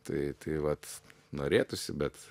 tai tai vat norėtųsi bet